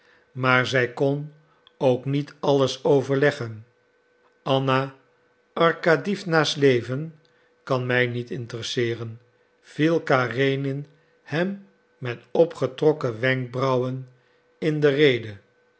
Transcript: maar zij kon ook niet alles overleggen anna arkadiewna's leven kan mij niet interesseeren viel karenin hem met opgetrokken wenkbrauwen in de rede